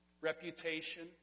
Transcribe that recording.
reputation